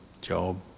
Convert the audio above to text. job